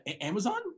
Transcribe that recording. Amazon